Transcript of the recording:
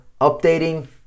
updating